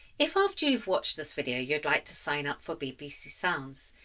if after you've watched this video, you'd like to sign up for bbc sounds,